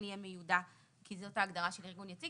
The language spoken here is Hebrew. זה כן יהיה מיודע כי זאת ההגדרה של ארגון יציג,